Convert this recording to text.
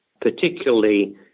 particularly